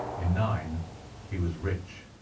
in nine he was rich,